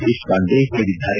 ದೇಶಪಾಂಡೆ ಹೇಳಿದ್ದಾರೆ